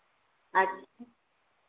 अच्छ